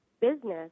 business